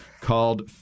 called